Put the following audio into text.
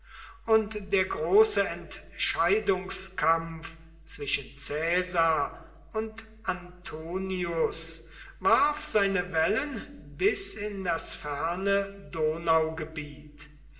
und der große entscheidungskampf zwischen caesar und antonius warf seine wellen bis in das ferne